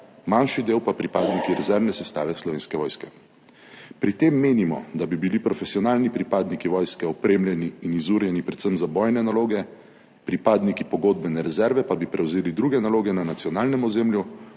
manjši del pa pripadniki rezervne sestave Slovenske vojske. Pri tem menimo, da bi bili profesionalni pripadniki vojske opremljeni in izurjeni predvsem za bojne naloge, pripadniki pogodbene rezerve pa bi prevzeli druge naloge na nacionalnem ozemlju,